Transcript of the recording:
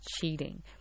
cheating